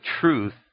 truth